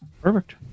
Perfect